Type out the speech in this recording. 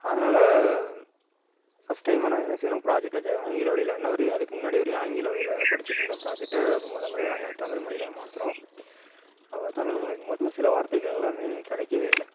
அதனால் ஃபஸ்ட் டைமாக நாங்கள் என்ன செய்கிறோம் ப்ராஜெக்ட் இது ஆங்கில வழியில் இன்ன வரையும் அதுக்கு முன்னாடி வரையும் ஆங்கில வழியில் படிச்சுட்ருந்த ப்ராஜெக்ட்டை இப்போ மொதல் முறையாக நாங்கள் தமிழ் மொழியில் மாற்றுறோம் அப்போ தமிழ் மொழிக்கும் போது சில வார்த்தைகளெல்லாம் மீனிங் கிடைக்கவே இல்லை